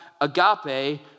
agape